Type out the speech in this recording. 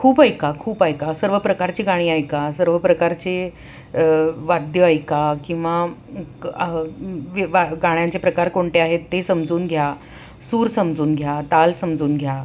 खूप ऐका खूप ऐका सर्व प्रकारची गाणी ऐका सर्व प्रकारचे वाद्य ऐका किंवा गाण्यांचे प्रकार कोणते आहेत ते समजून घ्या सूर समजून घ्या ताल समजून घ्या